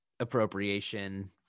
appropriation